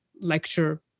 lecture